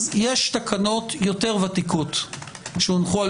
אז יש תקנות יותר ותיקות שהונחו על